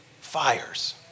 fires